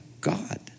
God